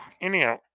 Anyhow